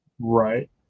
Right